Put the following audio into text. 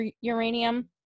uranium